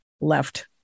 left